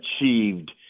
achieved